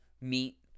meat